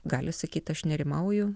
gali sakyt aš nerimauju